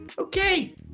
Okay